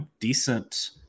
decent